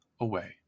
away